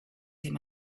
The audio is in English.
him